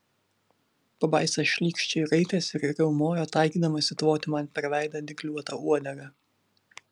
pabaisa šlykščiai raitėsi ir riaumojo taikydamasi tvoti man per veidą dygliuota uodega